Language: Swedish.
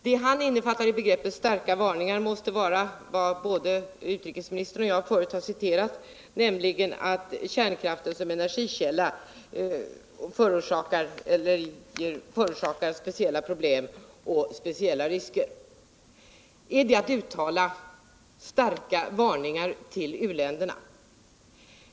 Det han innefattar i begreppet starka varningar måste vara vad både utrikesministern och jag förut har citerat, nämligen att kärnkraften som energikälla förorsakar speciella problem och speciella risker. Är det att uttala starka varningar till u-länderna?